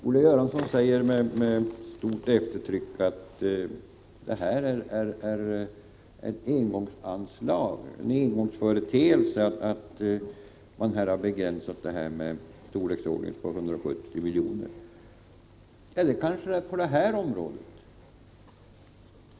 Olle Göransson säger med stort eftertryck att det är en engångsföreteelse, att man gjort en begränsning med 270 miljoner. Ja, så är kanske fallet i fråga om index.